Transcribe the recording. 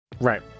right